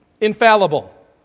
infallible